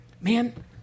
Man